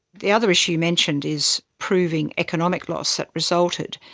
the other issue mentioned is proving economic loss that resulted,